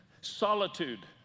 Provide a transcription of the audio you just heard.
Solitude